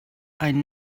ein